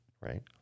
right